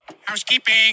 Housekeeping